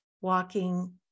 walking